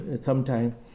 sometime